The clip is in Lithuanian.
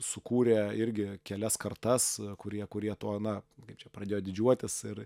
sukūrė irgi kelias kartas kurie kurie to na kaip čia pradėjo didžiuotis ir